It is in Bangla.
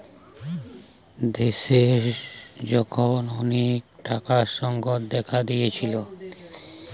দেশে যখন অনেক টাকার সংকট দেখা দিয়েছিলো